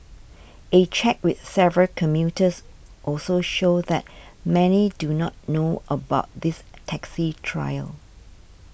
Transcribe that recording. a check with several commuters also showed that many do not know about this taxi trial